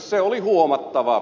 se oli huomattava